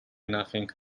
nothing